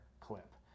clip